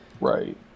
Right